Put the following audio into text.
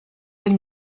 del